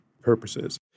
purposes